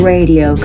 Radio